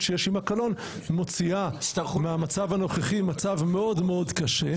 שיש עמה קלון מוציאה מהמצב הנוכחי מצב מאוד מאוד קשה.